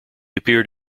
appeared